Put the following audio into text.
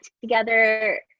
together